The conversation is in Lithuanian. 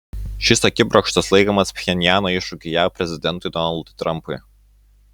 šis akibrokštas laikomas pchenjano iššūkiu jav prezidentui donaldui trampui